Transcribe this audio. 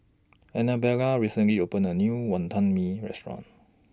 Annabella recently opened A New Wonton Mee Restaurant